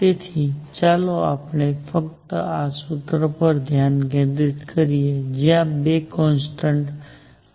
તેથી ચાલો આપણે ફક્ત આ સૂત્ર પર ધ્યાન કેન્દ્રિત કરીએજયા બે કોન્સટન્ટ and